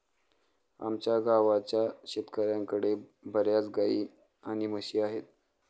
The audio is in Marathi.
आमच्या गावाच्या शेतकऱ्यांकडे बर्याच गाई आणि म्हशी आहेत